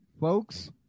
folks